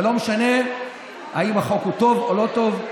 ולא משנה אם החוק הוא טוב או לא טוב,